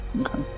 Okay